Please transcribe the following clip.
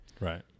Right